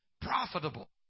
profitable